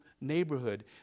neighborhood